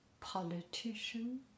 politician